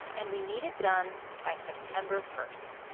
and, we need it done by september first.